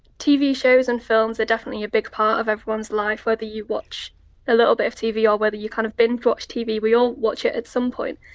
tv shows and films are definitely a big part of everyone's life, whether you watch a little bit of tv or whether you kind of binge watch tv, we all watch it at some point.